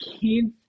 kids